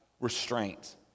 restraint